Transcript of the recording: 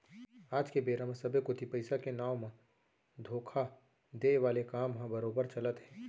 आज के बेरा म सबे कोती पइसा के नांव म धोखा देय वाले काम ह बरोबर चलत हे